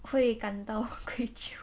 会感到内疚